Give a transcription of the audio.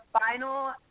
final